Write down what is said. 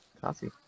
Coffee